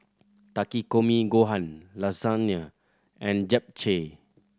Takikomi Gohan Lasagne and Japchae